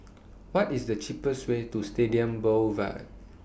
What IS The cheapest Way to Stadium Boulevard